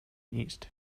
east